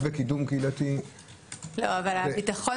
חיזוק וקידום קהילתי -- אבל ביטחון